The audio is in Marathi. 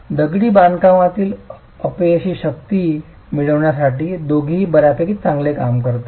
दगडी बांधकामातील अपयशी शक्ती मिळवण्यासाठी दोघेही बर्यापैकी चांगले काम करतात